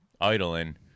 idling